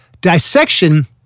Dissection